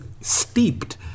steeped